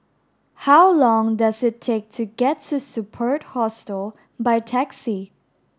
how long does it take to get to Superb Hostel by taxi